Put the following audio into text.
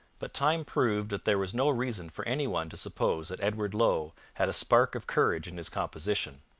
but time proved that there was no reason for any one to suppose that edward low had a spark of courage in his composition.